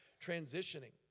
transitioning